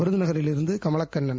விருதுநகரிலிருந்து Kamalakannan